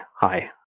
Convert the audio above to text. hi